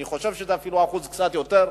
אני חושב שאפילו קצת יותר נשים.